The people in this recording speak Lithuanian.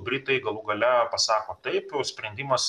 britai galų gale pasako taip sprendimas